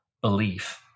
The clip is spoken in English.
belief